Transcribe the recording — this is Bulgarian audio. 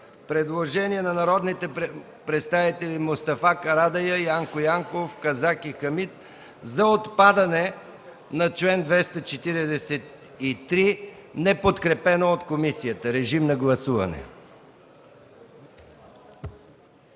предложението на народните представители Мустафа Карадайъ, Янко Янков, Четин Казак и Хамид Хамид за отпадане на чл. 243, неподкрепено от комисията. Моля, гласувайте.